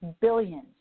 billions